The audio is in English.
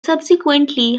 subsequently